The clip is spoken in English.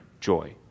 joy